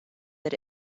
that